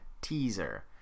teaser